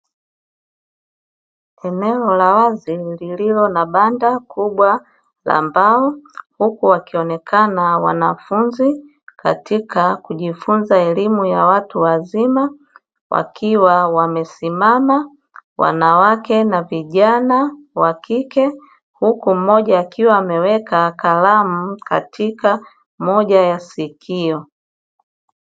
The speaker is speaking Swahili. Eneo la wazi lililo na banda kubwa la mbao, huku wakionekana wanafunzi katika kujifunza elimu ya watu wazima, wakiwa wamesimama, wanawake na vijana wa kike, huku mmoja akiwa ameweka kalamu katika moja ya sikio.